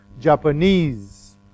Japanese